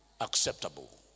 acceptable